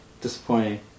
disappointing